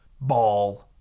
ball